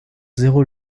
zéro